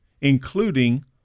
including